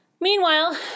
Meanwhile